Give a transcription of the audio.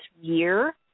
year